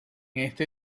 este